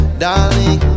darling